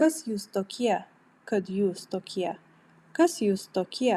kas jūs tokie kad jūs tokie kas jūs tokie